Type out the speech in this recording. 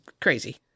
crazy